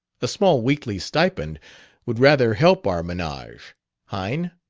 a small weekly stipend would rather help our menage hein?